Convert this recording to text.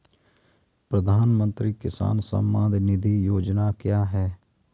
प्रधानमंत्री किसान सम्मान निधि योजना क्या है?